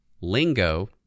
Lingo